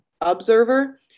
observer